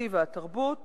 בתקציב התרבות,